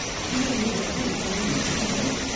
how are you representing the public?